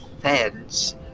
fans